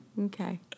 Okay